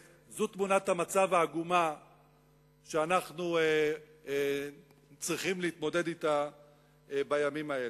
זו תמונת המצב העגומה שאנחנו צריכים להתמודד אתה בימים האלה.